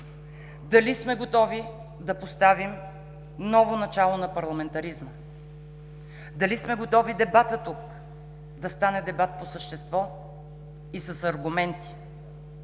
дали сме готови да поставим ново начало на парламентаризма; дали сме готови дебатът тук да стане дебат по същество и с аргументи;